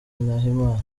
nahimana